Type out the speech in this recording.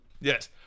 Yes